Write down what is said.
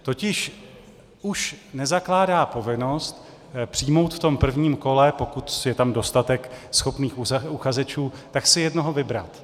Totiž už nezakládá povinnost přijmout v tom prvním kole, pokud je tam dostatek schopných uchazečů, tak si jednoho vybrat.